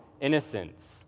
innocence